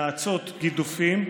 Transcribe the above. נאצות, גידופים,